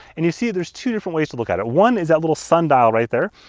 and you'll see there's two different ways to look at it. one is that little sundial right there.